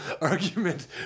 argument